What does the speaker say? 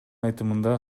айтымында